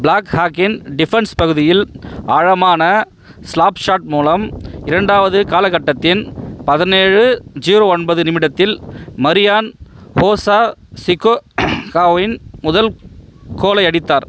ப்ளாக்ஹாக்கின் defence பகுதியில் ஆழமான slap shot மூலம் இரண்டாவது காலகட்டத்தின் பதினேழு ஜீரோ ஒன்பது நிமிடத்தில் மரியான் ஹோசா சிகோ காவின் முதல் கோலை அடித்தார்